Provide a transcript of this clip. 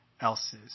else's